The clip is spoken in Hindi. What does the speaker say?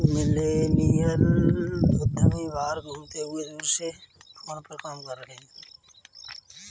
मिलेनियल उद्यमी बाहर घूमते हुए दूर से फोन पर काम कर रहे हैं